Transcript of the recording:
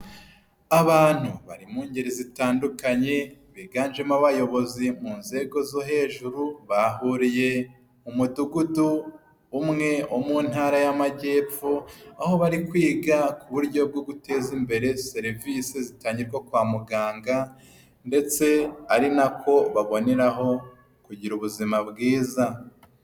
Abantu bari mu ngeri zitandukanye biganjemo abayobozi mu nzego zo hejuru bahuriye mu mudugudu umwe wo mu Ntara y'amajyepfo aho bari kwiga ku buryo bwo guteza imbere serivisi zitangirwa kwa muganga ndetse ari nako baboneraho kugira ubuzima bwiza.